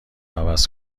عوض